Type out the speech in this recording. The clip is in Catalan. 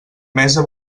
mesa